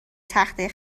تخته